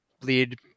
bleed